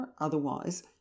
Otherwise